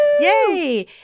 Yay